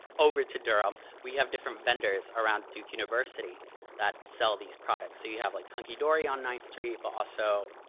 over to durham, we have different vendors around duke university that sell these products. so you have like hunky dory on ninth street, but also,